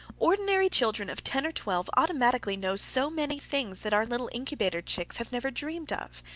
ordinary children of ten or twelve automatically know so many things that our little incubator chicks have never dreamed of.